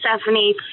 Stephanie